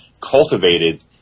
cultivated